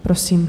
Prosím.